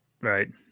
Right